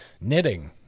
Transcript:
Knitting